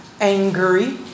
angry